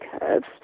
curves